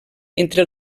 entre